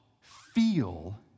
feel